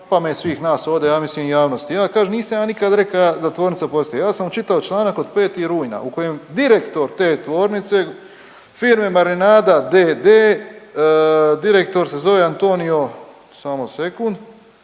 pamet svih nas ovdje, ja mislim i javnosti. Ja kažem nisam ja nikad reka da tvornica postoji, ja sam čitao članak od 5. rujna u kojem direktor te tvornice, firme Marinada d.d. direktor se zove Antonio, samo sekunda